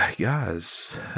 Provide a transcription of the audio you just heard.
Guys